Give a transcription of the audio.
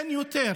אין יותר